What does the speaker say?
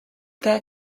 their